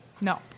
no